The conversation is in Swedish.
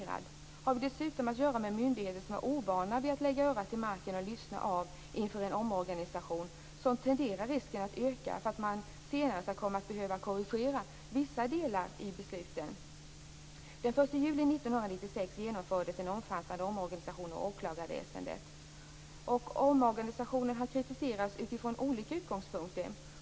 Om vi dessutom har att göra med myndigheter som är ovana vid att lägga örat till marken och lyssna inför en omorganisation, tenderar risken att öka för att man senare skall komma att behöva korrigera vissa delar i besluten. Den 1 juli 1996 genomfördes en omfattande omorganisation av åklagarväsendet. Den har kritiserats utifrån olika utgångspunkter.